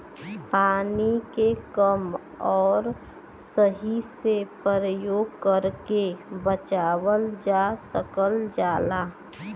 पानी के कम आउर सही से परयोग करके बचावल जा सकल जाला